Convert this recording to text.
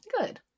good